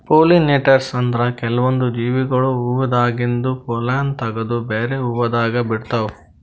pollinators ಅಂದ್ರ ಕೆಲ್ವನ್ದ್ ಜೀವಿಗೊಳ್ ಹೂವಾದಾಗಿಂದ್ ಪೊಲ್ಲನ್ ತಗದು ಬ್ಯಾರೆ ಹೂವಾದಾಗ ಬಿಡ್ತಾವ್